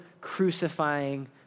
crucifying